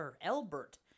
Albert